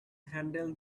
handle